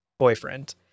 Boyfriend